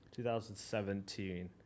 2017